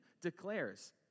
declares